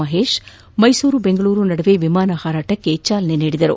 ಮಹೇಶ್ ಮೈಸೂರು ಬೆಂಗಳೂರು ನಡುವೆ ವಿಮಾನ ಹಾರಾಟಕ್ಕೆ ಚಾಲನೆ ನೀಡಿದರು